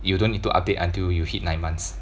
you don't need to update until you hit nine months